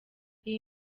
iyi